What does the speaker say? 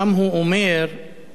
אתמול, שם הוא אומר שישראל,